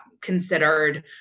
considered